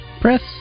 Press